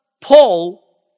Paul